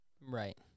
right